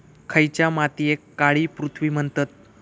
खयच्या मातीयेक काळी पृथ्वी म्हणतत?